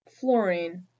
Fluorine